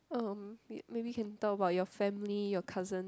um maybe can talk about your family your cousin